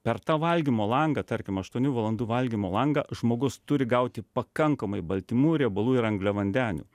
per tą valgymo langą tarkim aštuonių valandų valgymo langą žmogus turi gauti pakankamai baltymų riebalų ir angliavandenių